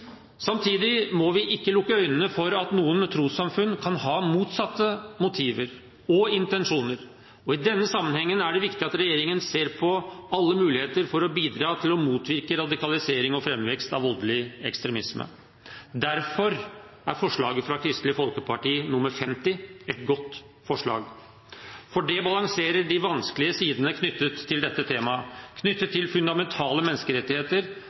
Samtidig må vi ikke lukke øynene for at noen trossamfunn kan ha motsatte motiver og intensjoner. I denne sammenhengen er det viktig at regjeringen ser på alle muligheter for å bidra til å motvirke radikalisering og framvekst av voldelig ekstremisme. Derfor er forslag nr. 50, fra Kristelig Folkeparti, et godt forslag. Det balanserer de vanskelige sidene knyttet til dette temaet, knyttet til fundamentale menneskerettigheter,